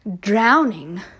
drowning